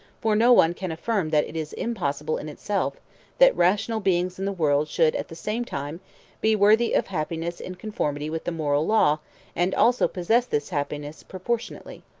for no one can affirm that it is impossible in itself that rational beings in the world should at the same time be worthy of happiness in conformity with the moral law and also possess this happiness proportionately.